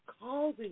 causing